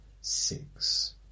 six